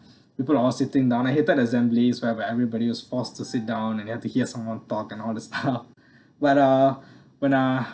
people are all sitting down I hated assembly where when everybody was forced to sit down and you have to hear someone talk and all this stuff when uh when uh